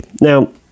Now